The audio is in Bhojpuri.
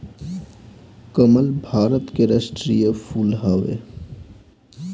कमल भारत के राष्ट्रीय फूल हवे